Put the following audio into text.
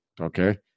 Okay